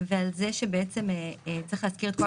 על זה שצריך להשכיר חמש מתוך שש ועל זה